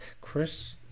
Chris